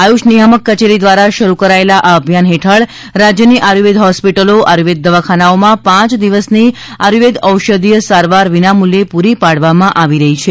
આયુષ નિયામક કચેરી દ્વારા શરૂ કરાયેલા આ અભિયાન હેઠળ રાજ્યની આયુર્વેદ હોસ્પિટલો આયુર્વેદ દવાખાનાઓમાં પાંચ દિવસની આયુર્વેદ ઔષધિય સારવાર વિનામૂલ્યે પુરી પાડવામાં આવી રહી છે